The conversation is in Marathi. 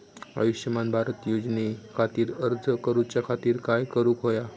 आयुष्यमान भारत योजने खातिर अर्ज करूच्या खातिर काय करुक होया?